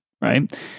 right